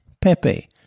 Pepe